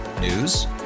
News